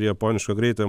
japoniško greitojo